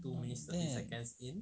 not bad